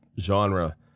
genre